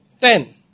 Ten